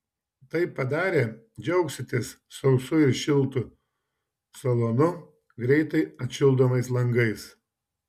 tai padarę džiaugsitės sausu ir šiltu salonu greitai atšildomais langais